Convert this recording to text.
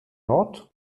nord